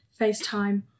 FaceTime